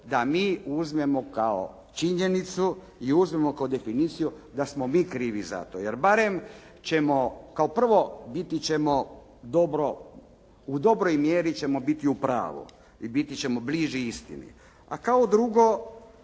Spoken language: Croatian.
da mi uzmemo kao činjenicu i uzmemo kao definiciju da smo mi krivi za to jer barem ćemo, kao prvo biti ćemo, u dobroj mjeri ćemo biti u pravu i biti ćemo bliži istini, a kao drugo,